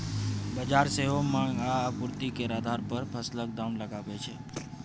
बजार सेहो माँग आ आपुर्ति केर आधार पर फसलक दाम लगाबै छै